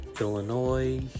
Illinois